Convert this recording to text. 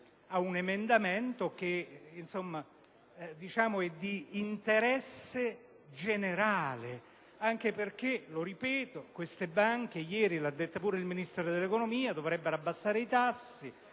come questo, che è di interesse generale, anche perché, lo ripeto, queste banche - ieri lo ha detto anche il Ministero dell'economia - dovrebbero abbassare i tassi;